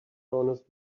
honest